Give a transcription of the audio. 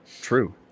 True